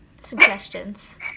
Suggestions